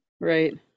Right